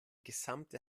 gesamte